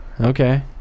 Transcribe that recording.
Okay